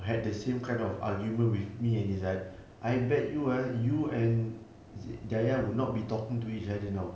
I had the same kind of argument with me and izat I bet you ah you and dayah would not be talking to each other now